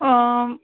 آ